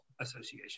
Association